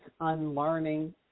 unlearning